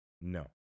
No